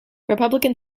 republican